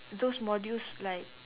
those modules like